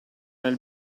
nel